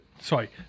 sorry